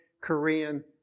Korean